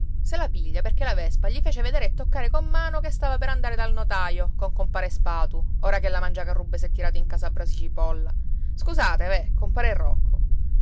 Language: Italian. se la piglia perché la vespa gli fece vedere e toccare con mano che stava per andare dal notaio con compare spatu ora che la mangiacarrubbe s'è tirato in casa brasi cipolla scusate veh compare rocco